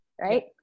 right